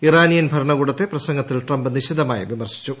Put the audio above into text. Iranian ഭരണകൂടത്തെ പ്രസംഗത്തിൽ Trump നിശിതമായി വിമർശിച്ചു